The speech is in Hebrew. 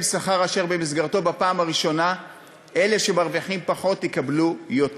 שכר אשר במסגרתו בפעם הראשונה אלה שמרוויחים פחות יקבלו יותר.